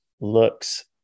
looks